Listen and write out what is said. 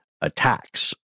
attacks